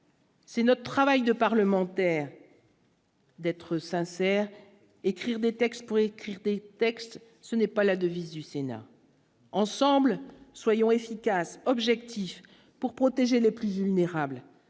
C'est notre travail de parlementaire. D'être sincère, écrire des textes pour écrire des textes, ce n'est pas la devise du Sénat. Ensemble soyons efficaces objectif pour protéger les plus vulnérables,